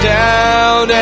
down